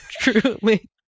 Truly